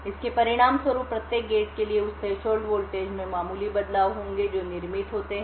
इसके परिणामस्वरूप प्रत्येक गेट के लिए उस थ्रेशोल्ड वोल्टेज में मामूली बदलाव होंगे जो निर्मित होते हैं